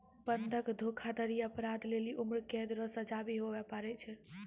बंधक धोखाधड़ी अपराध लेली उम्रकैद रो सजा भी हुवै पारै